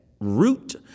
root